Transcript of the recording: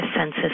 Census